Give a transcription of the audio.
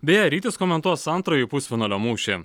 beje rytis komentuos antrąjį pusfinalio mūšį